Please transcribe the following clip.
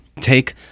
take